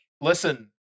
Listen